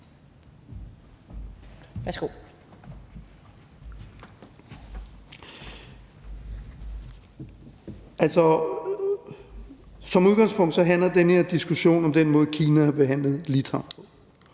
(EL): Som udgangspunkt handler den her diskussion om den måde, Kina har behandlet